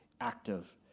active